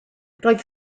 roedd